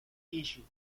issue